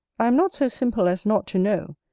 i am not so simple as not to know,